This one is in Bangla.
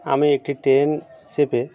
আমি একটি ট্রেন চেপে